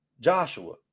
joshua